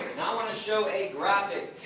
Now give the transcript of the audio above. want to show a graphic,